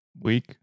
week